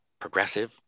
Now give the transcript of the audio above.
progressive